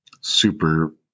super